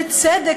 בצדק,